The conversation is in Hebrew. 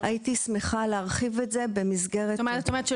הייתי שמחה להרחיב את זה במסגרת --- זאת אומרת,